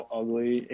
ugly